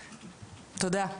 תודה.